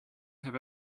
have